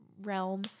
realm